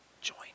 join